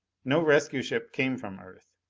no rescue ship came from earth.